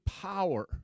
power